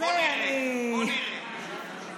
בוא נראה, בוא נראה.